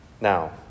Now